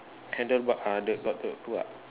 handlebar uh the got got the itu tak